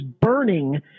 burning